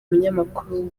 umunyamakuru